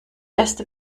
erste